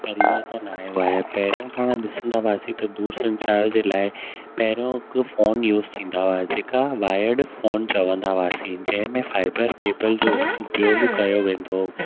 परिवर्तन आयो आहे पहिरियों पाण ॾिसंदा हुआसीं त दूर संचार जे लाइ पहिरियों हिकु फ़ोन यूज़ थींदो हुआ जेका वायर्ड फ़ोन चवंदा हुआसीं जंहिं में फ़ाइबर केबल जो उपयोगु कयो वेंदो हो